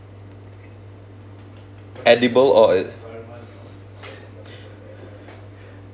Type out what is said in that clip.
edible or uh